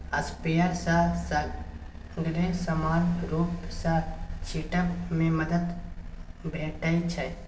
sprayer सँ सगरे समान रुप सँ छीटब मे मदद भेटै छै